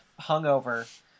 hungover